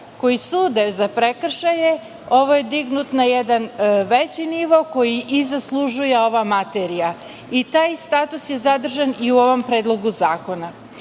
koji sude za prekršaje, ovo je dignuto na jedan veći nivo koji i zaslužuje ova materija i taj status je zadržan i u ovom predlogu zakona. Druga